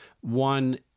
One